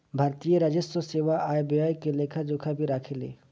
भारतीय राजस्व सेवा आय व्यय के लेखा जोखा भी राखेले